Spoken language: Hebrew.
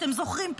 אתם יודעים,